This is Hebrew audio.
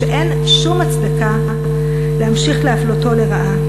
שאין שום הצדקה להמשיך להפלותו לרעה.